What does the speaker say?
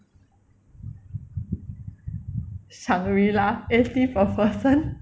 Shangri-La eighty per person